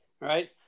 right